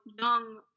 young